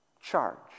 charge